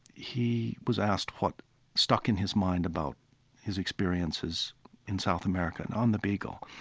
he was asked what stuck in his mind about his experiences in south america and on the beagle.